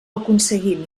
aconseguim